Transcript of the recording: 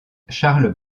charles